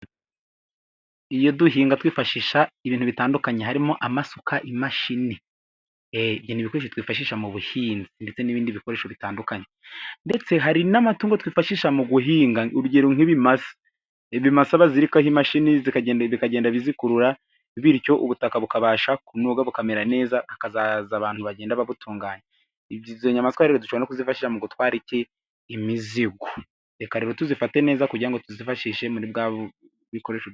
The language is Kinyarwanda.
Iyo duhinga twifashisha ibintu bitandukanye harimo; amasuka, imashini, ibyo n'ibikoresho n'ibkoreshoi twifashisha mu buhinzi, ndetse n'ibindi bikoresho bitandukanye, ndetse hari n'amatungo twifashisha mu guhinga urugero nk'ibimasa, ibimasa baziririkaho imashini zikagenda bikagendazikurura bityo ubutaka bukabasha kunoga bukamera neza, hakazaza abantu bagenda babutunganya. Izo nyamaswa dudushobora no kuzifasha mu gutwara imizigo, reka rero tuzifate neza kugira ngo tuzifashishe muribwa bu bikoresho...